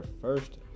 first